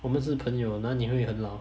我们是朋友那里会很老